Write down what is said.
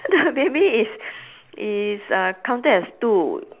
the baby is is uh counted as two